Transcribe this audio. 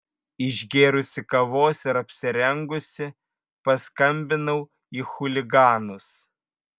išgėrusi kavos ir apsirengusi paskambinau į chuliganus